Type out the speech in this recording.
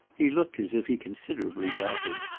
he looked as if he considerably doubted.